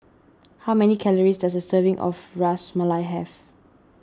how many calories does a serving of Ras Malai have